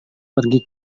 pergi